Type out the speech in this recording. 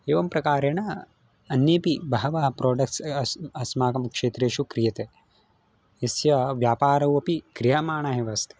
एवं प्रकारेण अन्येऽपि बहवः प्रोडेक्स् अस्ति अस्माकं क्षेत्रेषु क्रियते यस्य व्यापारौ अपि क्रियमाणः एवास्ति